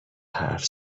حرف